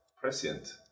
prescient